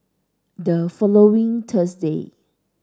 the following Thursday